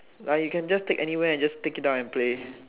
like you can just take anywhere and just take it down and play